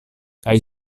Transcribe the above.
kaj